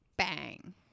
Bang